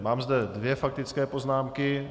Mám zde dvě faktické poznámky.